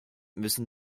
müssen